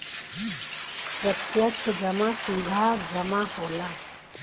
प्रत्यक्ष जमा सीधा जमा होला